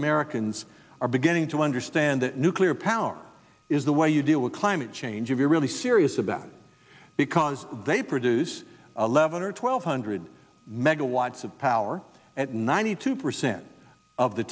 americans are beginning to understand that nuclear power is the way you deal with climate change if you're really serious about it because they produce eleven or twelve hundred megawatts of power at ninety two percent of the